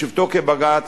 הבג"ץ בשבתו כבג"ץ,